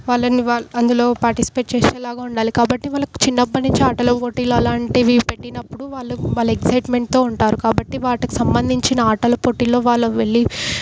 వాళ్ళని వాళ్ళు అందులో పార్టిసిపెట్ చేసేలాగా ఉండాలి కాబట్టి వాళ్ళకు చిన్నప్పట్నుంచి ఆటలపోటీలు అలాంటివి పెట్టినపుడు వాళ్ళు భలే ఎగ్జయిట్మెంట్తో ఉంటారు కాబట్టి వాటికి సంబంధించిన ఆటలపోటీలో వాళ్ళు వెళ్ళి